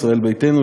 ישראל ביתנו,